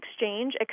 exchange